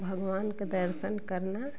भगवान का दर्शन करना